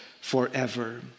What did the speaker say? forever